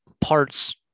parts